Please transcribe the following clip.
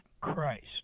Christ